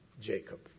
Jacob